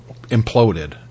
imploded